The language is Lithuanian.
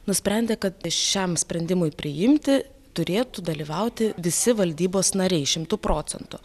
nusprendė kad šiam sprendimui priimti turėtų dalyvauti visi valdybos nariai šimtu procentų